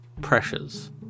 pressures